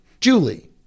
Julie